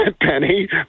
Penny